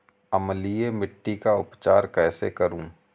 अम्लीय मिट्टी का उपचार कैसे करूँ?